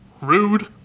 Rude